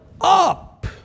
up